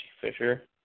Fisher